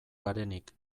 garenik